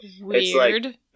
Weird